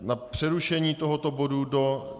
Na přerušení tohoto bodu do...